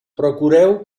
procureu